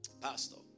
Pastor